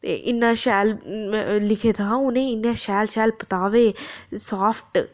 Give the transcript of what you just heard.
ते इन्ना शैल लिखे दा हा ्उ'नें इन्ने शैल शैल पतावे साफ्ट